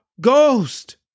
ghost